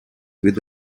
with